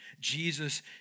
Jesus